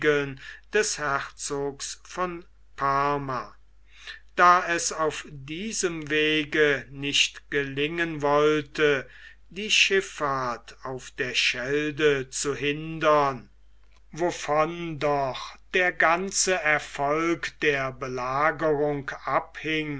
des herzogs von parma da es auf diesem wege nicht gelingen wollte die schifffahrt auf der schelde zu hindern wovon doch der ganze erfolg der belagerung abhing